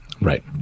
Right